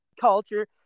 culture